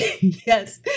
Yes